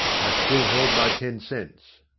i still held my ten cents.